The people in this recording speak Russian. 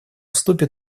вступил